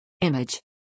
Image